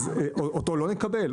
אז אותו לא נקבל?